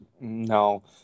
no